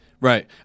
Right